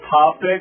topic